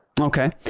Okay